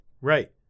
Right